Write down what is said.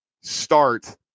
start